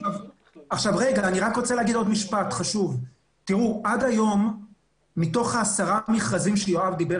עוד משפט חשוב: עד היום מתוך עשרה מכרזים שיואב דיבר